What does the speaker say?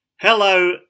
Hello